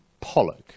Pollock